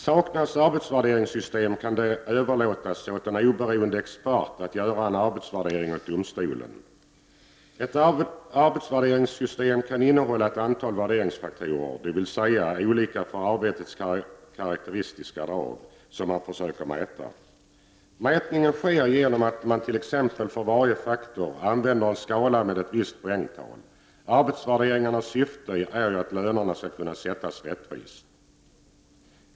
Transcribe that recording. Saknas arbetsvärderingssystem kan det överlåtas åt en oberoende expert att göra en arbetsvärdering åt domstolen. Ett arbetsvärderingssystem kan innehålla ett antal värderingsfaktorer, dvs. olika för arbetets karakteristiska drag, som man försöker mäta. Mätningen sker genom att man t.ex. för varje faktor använder en skala med ett visst poängtal. Arbetsvärderingens syfte är ju att lönerna skall kunna sättas rättvist.